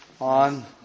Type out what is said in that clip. On